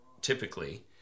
typically